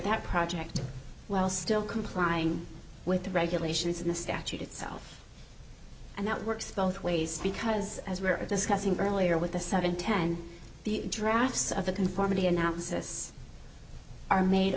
that project while still complying with the regulations in the statute itself and that works both ways because as we were discussing earlier with the seven ten the drafts of the conformity analysis are made